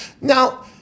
Now